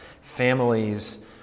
families